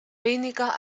weniger